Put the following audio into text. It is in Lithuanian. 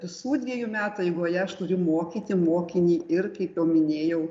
visų dviejų metų eigoje aš turiu mokyti mokinį ir kaip jau minėjau